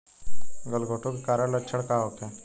गलघोंटु के कारण लक्षण का होखे?